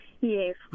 Yes